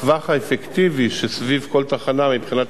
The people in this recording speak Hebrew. הטווח האפקטיבי סביב כל תחנה מבחינת